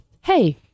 Hey